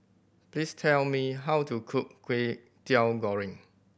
please tell me how to cook Kway Teow Goreng